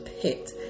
pit